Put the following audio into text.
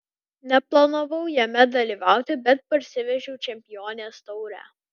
neplanavau jame dalyvauti bet parsivežiau čempionės taurę